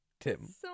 Tim